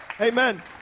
Amen